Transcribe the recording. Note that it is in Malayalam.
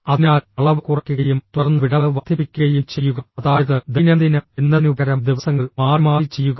അതിനാൽ അളവ് കുറയ്ക്കുകയും തുടർന്ന് വിടവ് വർദ്ധിപ്പിക്കുകയും ചെയ്യുക അതായത് ദൈനംദിനം എന്നതിനുപകരം ദിവസങ്ങൾ മാറിമാറി ചെയ്യുക